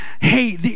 Hey